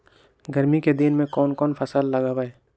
गर्मी के दिन में कौन कौन फसल लगबई?